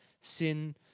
sin